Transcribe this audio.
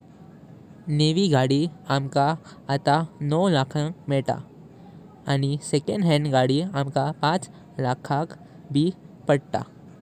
नवी गाडी आमका आत नऊ लाखिक मेवता। आनि सेकंड हैंड गाडी आमका पाच लाखांग भी पडता।